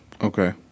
Okay